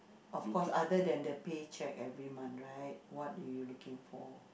of course other than the paycheck every month right what are you looking for